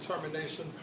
determination